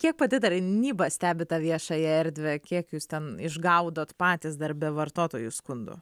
kiek pati tarnyba stebi tą viešąją erdvę kiek jūs ten išgaudot patys darbe vartotojų skundų